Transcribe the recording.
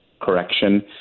correction